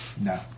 No